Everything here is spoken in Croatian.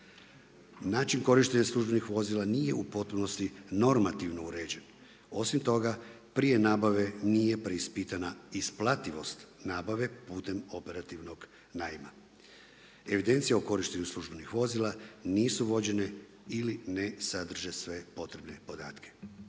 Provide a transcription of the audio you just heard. Način korištenja službenih vozila nije u potpunosti normativno uređen, osim toga prije nabave nije preispitana isplativost nabave putem operativnog najma. Evidencije o korištenju službenih vozila nisu vođene ili ne sadrže sve potrebne podatke.